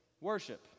worship